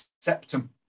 septum